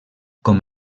com